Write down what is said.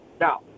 Now